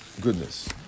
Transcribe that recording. goodness